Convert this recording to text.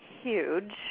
huge